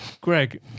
Greg